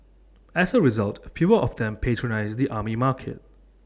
as A result fewer of them patronise the Army Market